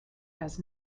has